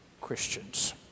Christians